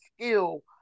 skill